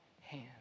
hand